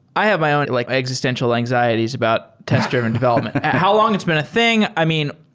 i have my um like existential anxieties about test-driven development. how long it's been a thing? i mean,